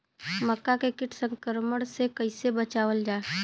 मक्का के कीट संक्रमण से कइसे बचावल जा?